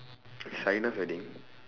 wedding